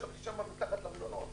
ישבתי שם מתחת למלונות.